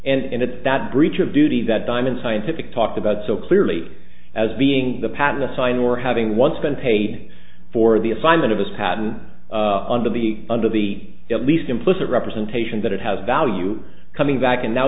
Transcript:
e and it's that breach of duty that diamond scientific talked about so clearly as being the pattern assigned or having once been paid for the assignment of this pattern under the under the least implicit representation that it has value coming back and now